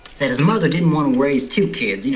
that his mother didn't wanna raise two kids, you know,